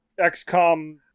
XCOM